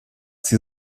sie